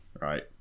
right